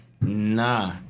Nah